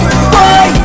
Boy